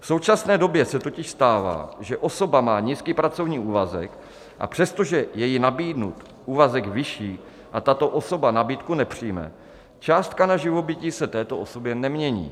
V současné době se totiž stává, že osoba má nízký pracovní úvazek, a přestože je jí nabídnut úvazek vyšší, tato osoba nabídku nepřijme, částka na živobytí se této osobě nemění.